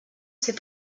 ses